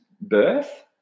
birth